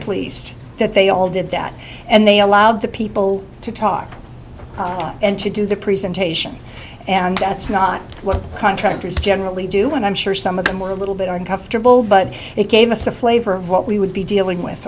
pleased that they all did that and they allowed the people to talk and to do the presentation and that's not what contractors generally do and i'm sure some of them were a little bit uncomfortable but it gave us a flavor of what we would be dealing with